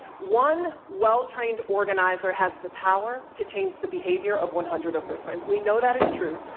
one well-trained organizer has the power to change the behavior of one hundred of her friends. we know that is true,